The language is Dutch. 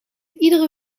iedere